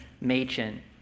Machen